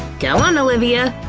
go on, olivia.